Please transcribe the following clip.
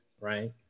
right